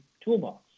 toolbox